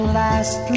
last